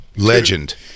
Legend